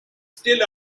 still